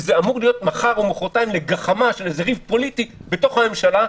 וזה אמור להיות מחר או מחרתיים לגחמה של ריב פוליטי בתוך הממשלה,